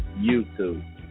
youtube